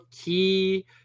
Key